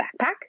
backpack